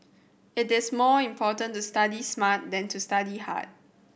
it is more important to study smart than to study hard